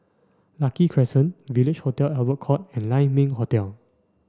Lucky Crescent Village Hotel Albert Court and Lai Ming Hotel